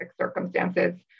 circumstances